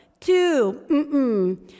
two